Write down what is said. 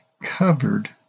covered